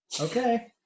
Okay